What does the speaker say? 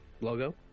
Logo